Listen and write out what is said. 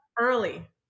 early